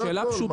זה הכל.